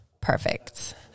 Perfect